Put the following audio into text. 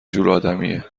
جورآدمیه